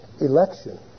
Election